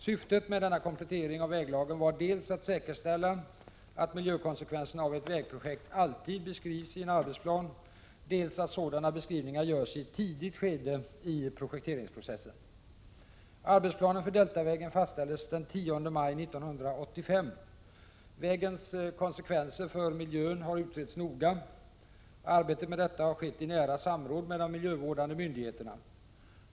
Syftet med denna komplettering av väglagen var dels att säkerställa att miljökonsekvenserna av ett vägprojekt alltid beskrivs i en arbetsplan, dels att sådana beskrivningar görs i ett tidigt skede i projekteringsprocessen. Arbetsplanen för Deltavägen fastställdes den 10 maj 1985. Vägens konsekvenser för miljön har utretts noga. Arbetet med detta har skett i nära samråd med de miljövårdande myndigheterna.